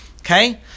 Okay